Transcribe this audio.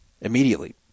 immediately